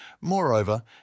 Moreover